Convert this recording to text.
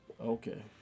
Okay